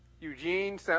Eugene